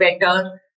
better